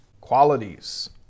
qualities